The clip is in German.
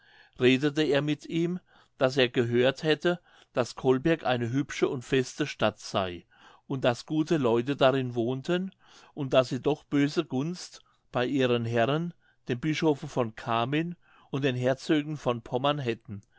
redete er mit ihm daß er gehört hätte daß colberg eine hübsche und feste stadt sei und daß gute leute darin wohnten und daß sie doch böse gunst bei ihren herren dem bischofe von cammin und den herzögen von pommern hätten